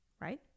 right